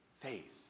Faith